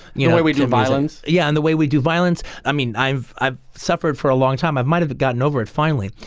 you know where we do violence. yeah. and the way we do violence. i mean, i've i've suffered for a long time. i might have gotten over it finally,